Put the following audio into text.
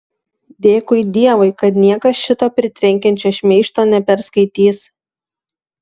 dėkui dievui kad niekas šito pritrenkiančio šmeižto neperskaitys